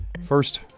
First